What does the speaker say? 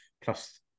plus